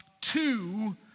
two